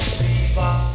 fever